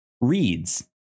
reads